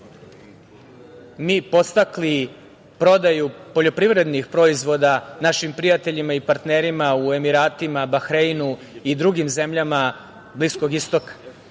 mi podstakli prodaju poljoprivrednih proizvoda našim prijateljima i partnerima u Emiratima, Bahreinu i drugim zemljama Bliskog Istoka?